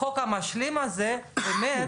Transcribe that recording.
החוק המשלים הזה באמת